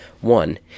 One